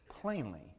plainly